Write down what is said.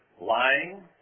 lying